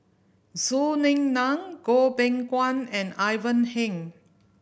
Zhou Ying Nan Goh Beng Kwan and Ivan Heng